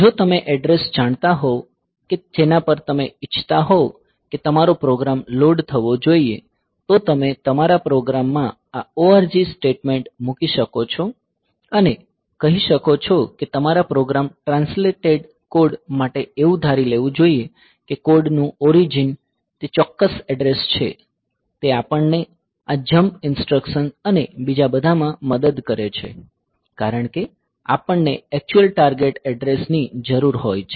જો તમે એડ્રેસ જાણતા હોવ કે જેના પર તમે ઇચ્છતા હોવ કે તમારો પ્રોગ્રામ લોડ થવો જોઈએ તો તમે તમારા પ્રોગ્રામમાં આ ORG સ્ટેટમેન્ટ મૂકી શકો છો અને કહી શકો છો કે તમારા પ્રોગ્રામ ટ્રાન્સલેટેડ કોડ માટે એવું ધારી લેવું જોઈએ કે કોડ નું ઓરિજિન તે ચોક્કસ એડ્રેસ છે તે આપણને આ જમ્પ ઇન્સટ્રકસન્સ અને બીજા બધામાં મદદ કરે છે કારણ કે આપણને એક્ચ્યુયલ ટાર્ગેટ એડ્રેસ ની જરૂર હોય છે